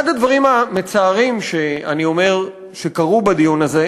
אחד הדברים המצערים שאני אומר שקרו בדיון הזה,